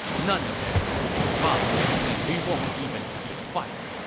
none of them will survive, and we won't even have to fight!